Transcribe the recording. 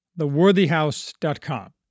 theworthyhouse.com